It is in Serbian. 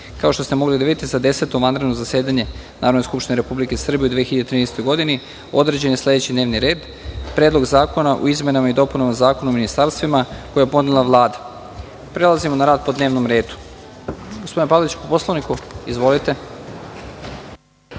što ste mogli da vidite, za Deseto vanredno zasedanje Narodne skupštine Republike Srbije u 2013. godini, određen je sledećiD n e v n i r e d1. Predlog zakona o izmenama i dopunama Zakona o ministarstvima, koje je podnela Vlada. Prelazimo na rad po dnevnom redu. Gospodine Palaliću, po Poslovniku, izvolite.